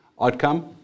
outcome